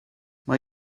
mae